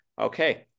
okay